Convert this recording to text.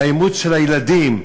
לאימוץ של הילדים.